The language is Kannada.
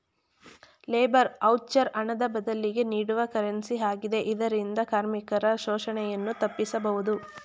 ಲೇಬರ್ ವೌಚರ್ ಹಣದ ಬದಲಿಗೆ ನೀಡುವ ಕರೆನ್ಸಿ ಆಗಿದೆ ಇದರಿಂದ ಕಾರ್ಮಿಕರ ಶೋಷಣೆಯನ್ನು ತಪ್ಪಿಸಬಹುದು